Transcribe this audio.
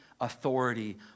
authority